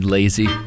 Lazy